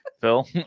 Phil